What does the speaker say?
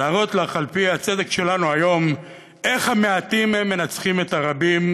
להראות לך על-פי הצדק שלנו היום איך המעטים מנצחים את הרבים,